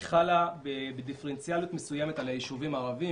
היא חלה בדיפרנציאליות מסוימת על יישובים ערביים.